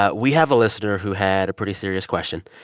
ah we have a listener who had a pretty serious question.